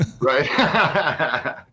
right